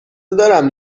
دارم